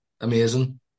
amazing